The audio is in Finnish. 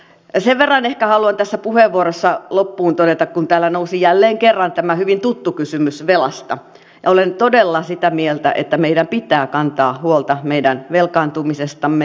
sen verran ehkä haluan tässä puheenvuorossa loppuun todeta kun täällä nousi jälleen kerran tämä hyvin tuttu kysymys velasta että olen todella sitä mieltä että meidän pitää kantaa huolta meidän velkaantumisestamme